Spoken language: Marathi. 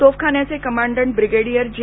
तोफखान्याचे कमांडंट ब्रिगेडियर जे